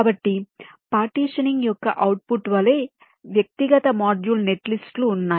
కాబట్టి పార్టిషనింగ్ యొక్క అవుట్పుట్ వలె వ్యక్తిగత మాడ్యూల్ నెట్లిస్టులు ఉన్నాయి